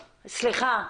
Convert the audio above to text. סליחה.